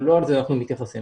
אבל לא לזה אנחנו מתייחסים.